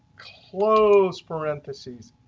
close parentheses,